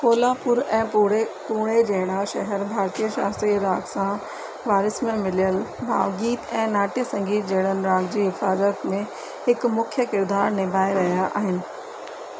कोल्हापुर ऐं पुणे जहिड़ा शहर भारतीय शास्त्रीय राग सां वारीस में मिलियल भावगीत ऐं नाट्य संगीत जहिड़नि राग जी हिफ़ाजतु में हिकु मुख्य किरदारु निभाए रहिया आहिनि